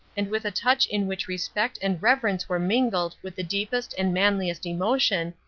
and with a touch in which respect and reverence were mingled with the deepest and manliest emotion,